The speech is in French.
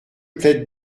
plaide